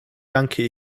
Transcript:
danke